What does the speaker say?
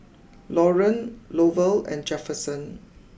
Lauryn Lovell and Jefferson